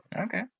Okay